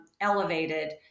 elevated